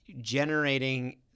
generating